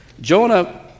Jonah